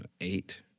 eight